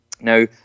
Now